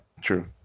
True